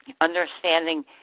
understanding